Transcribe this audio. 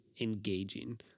engaging